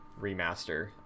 remaster